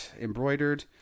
embroidered